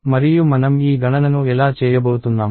మరియు మనం ఈ గణనను ఎలా చేయబోతున్నాం